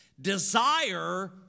desire